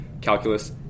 calculus